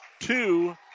two